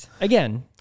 Again